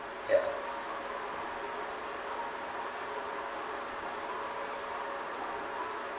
ya